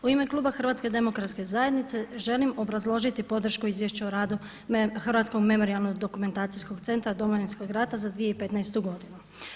U ime kluba Hrvatske demokratske zajednice želim obrazložiti podršku Izvješće o radu Hrvatskog memorijalno-dokumentacijskog centra Domovinskog rata za 2015. godinu.